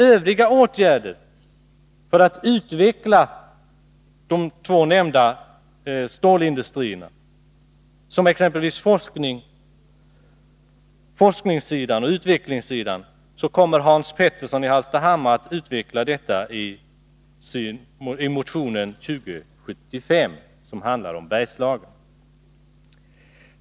Övriga åtgärder för att utveckla de nämnda storindustrierna, exempelvis åtgärder inom forskning och utveckling, kommer Hans Petersson i Hallstahammar att utveckla närmare i samband med att han redogör för kraven i motion 2075, som handlar om Bergslagen.